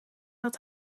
dat